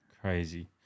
Crazy